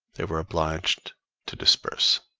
they were obliged to disperse.